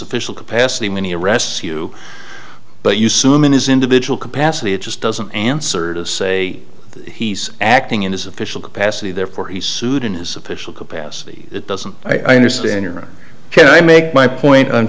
official capacity many arrests you but you suman his individual capacity it just doesn't answer to say he's acting in his official capacity therefore he sued in his official capacity it doesn't i understand her care i make my point an